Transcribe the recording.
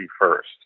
first